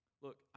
Look